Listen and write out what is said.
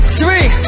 three